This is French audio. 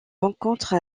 rencontre